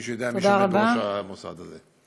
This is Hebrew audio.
למי שיודע מי עומד בראש המוסד הזה.